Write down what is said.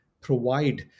provide